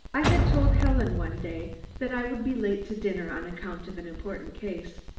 i had told helen one day that i would be late to dinner on account of an important case.